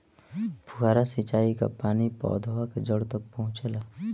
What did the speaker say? फुहारा सिंचाई का पानी पौधवा के जड़े तक पहुचे ला?